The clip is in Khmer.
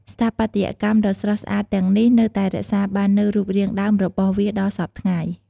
ស្ថាបត្យកម្មដ៏ស្រស់ស្អាតទាំងនេះនៅតែរក្សាបាននូវរូបរាងដើមរបស់វាដល់សព្វថ្ងៃ។